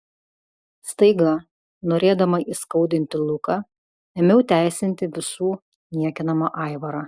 staiga norėdama įskaudinti luką ėmiau teisinti visų niekinamą aivarą